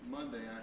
Monday